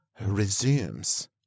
resumes